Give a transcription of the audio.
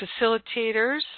facilitators